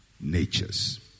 natures